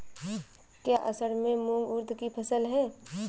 क्या असड़ में मूंग उर्द कि फसल है?